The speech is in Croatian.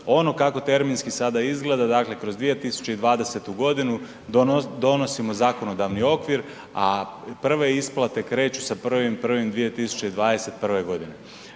Ono kako terminski sada izgleda, dakle kroz 2020. g. donosimo zakonodavni okvir a prve isplate kreću sa 1. 1. 2021. g.